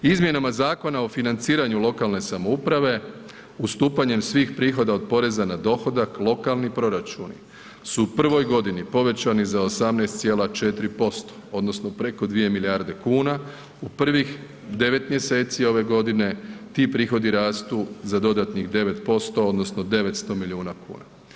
Izmjenama Zakona o financiranju lokalne samouprave, ustupanjem svih prihoda od poreza na dohodak, lokalni proračuni su u prvoj godini povećani za 18,4% odnosno preko 2 milijarde kuna u prvih 9 mjeseci ove godine ti prihodi rastu za dodatnih 9% odnosno 900 miliona kuna.